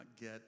get